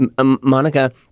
Monica